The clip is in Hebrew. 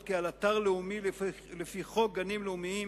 כעל אתר לאומי לפי חוק גנים לאומיים,